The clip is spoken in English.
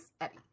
Eddie